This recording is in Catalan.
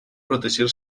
protegir